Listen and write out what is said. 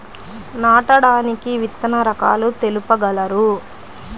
నాటడానికి విత్తన రకాలు తెలుపగలరు?